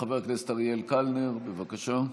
חבר הכנסת אריאל קלנר, בבקשה.